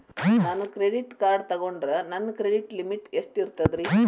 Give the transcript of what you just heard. ನಾನು credit card ತೊಗೊಂಡ್ರ ನನ್ನ ಕ್ರೆಡಿಟ್ ಲಿಮಿಟ್ ಎಷ್ಟ ಇರ್ತದ್ರಿ?